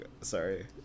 Sorry